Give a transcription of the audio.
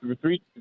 three